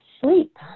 Sleep